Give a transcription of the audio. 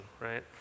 right